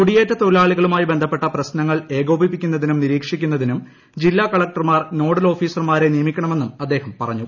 കുടിയേറ്റ തൊഴിലാളികളുമായി ബന്ധപ്പെട്ട പ്രശ്നങ്ങൾ ഏകോപിപ്പിക്കുന്നതിനും നിരീക്ഷിക്കുന്നതിനും ജില്ലാ കളക്ടർമാർ നോഡൽ ഓഫീസർമാരെ നിയമിക്കണമെന്നും അദ്ദേഹം പറഞ്ഞു